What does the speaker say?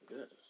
Good